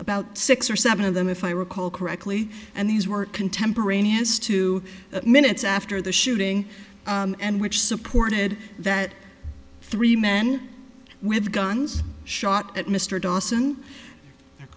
about six or seven of them if i recall correctly and these were contemporaneous two minutes after the shooting and which supported that three men with guns shot at mr dawson the